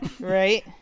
Right